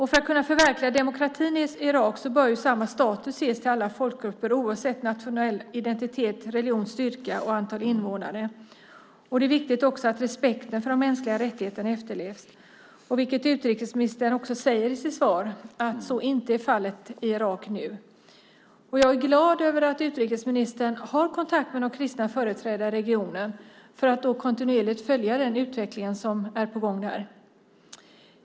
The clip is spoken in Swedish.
För att kunna förverkliga demokratin i Irak bör samma status ges till alla folkgrupper, oavsett nationell identitet, religion, styrka och antal invånare. Det är viktigt att respekten för de mänskliga rättigheterna efterlevs. Utrikesministern säger i sitt svar att så inte är fallet i Irak nu. Jag är glad över att utrikesministern har kontakt med de kristna företrädarna i regionen för att kontinuerligt följa den utveckling som är på gång där.